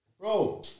Bro